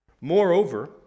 Moreover